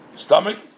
stomach